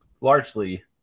largely